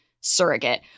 surrogate